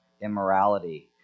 immorality